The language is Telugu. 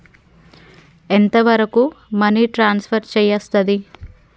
ఎంత వరకు మనీ ట్రాన్స్ఫర్ చేయస్తది?